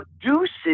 produces